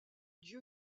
dieu